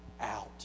out